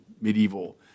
medieval